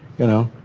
you know,